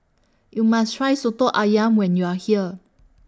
YOU must Try Soto Ayam when YOU Are here